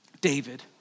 David